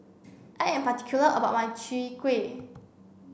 I am particular about my Chwee Kueh